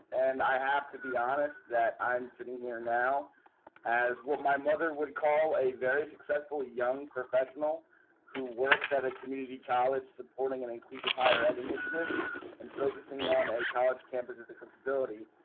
and i have to be honest that i'm sitting here now as what my mother would call a very successful young professional who works at a community college supporting an inclusive higher ed initiative and focusing on a college campus at the instability.